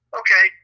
okay